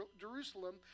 Jerusalem